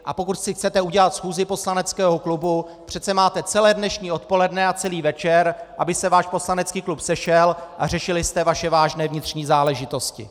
A pokud si chcete udělat schůzi poslaneckého klubu, přece máte celé dnešní odpoledne a celý večer, aby se váš poslanecký klub sešel a řešili jste vaše vážné vnitřní záležitosti.